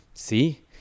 See